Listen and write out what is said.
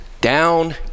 Down